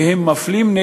והם מפלים,